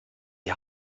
die